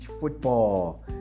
football